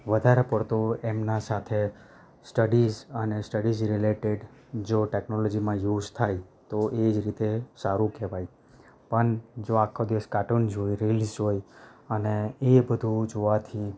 વધારે પડતો એમના સાથે સ્ટડીઝ અને સ્ટડીઝ રિલેટેડ જો ટેકનોલોજીમાં યુઝ થાય તો એ જ રીતે સારું કએવાય પણ જો આખો દિવસ કાર્ટુન હોય રીલ્સ હોય એ બધું જોવાથી